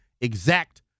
exact